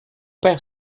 père